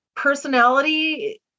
Personality